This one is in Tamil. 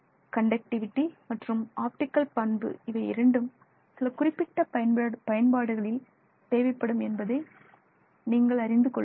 கண்டக்டிவிடி மற்றும் ஆப்டிகல் பண்பு இவையிரண்டும் சில குறிப்பிட்ட பயன்பாடுகளில் தேவைப்படும் என்பதை நீங்கள் அறிந்து கொள்ளுங்கள்